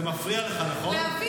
זה מפריע לך, נכון?